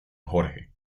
jorge